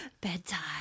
bedtime